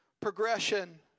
progression